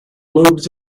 lobes